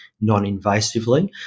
non-invasively